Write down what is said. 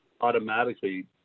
automatically